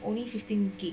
only fifteen gb